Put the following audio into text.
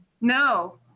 no